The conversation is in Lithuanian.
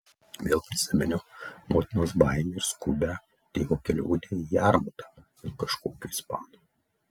vėl prisiminiau motinos baimę ir skubią tėvo kelionę į jarmutą dėl kažkokio ispano